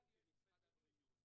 תוספת בדיקות הרבה דברים.